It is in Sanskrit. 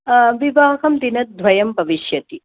विवाहं दिनद्वयं भविष्यति